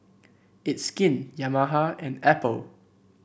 It's Skin Yamaha and Apple